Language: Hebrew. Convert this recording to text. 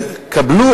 ולאחר מכן הגשנו את